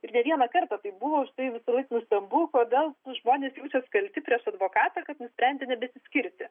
ir ne vieną kartą taip buvo aš tai visąlaik nustebau kodėl nu žmonės jaučias kalti prieš advokatą kad nusprendė nebesiskirti